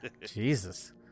Jesus